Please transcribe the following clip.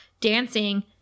dancing